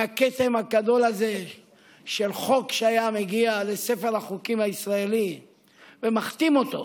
מהכתם הגדול הזה של חוק שהיה מגיע לספר החוקים הישראלי ומכתים אותו,